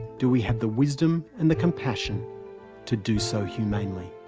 do we have the wisdom and the compassion to do so humanely.